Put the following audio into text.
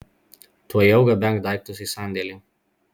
tuojau gabenk daiktus į sandėlį